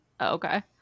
okay